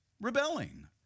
rebelling